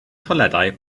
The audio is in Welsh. toiledau